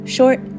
Short